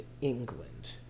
England